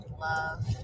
love